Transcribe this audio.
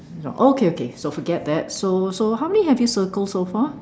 okay okay so forget that so so how many have you circled so far